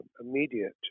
immediate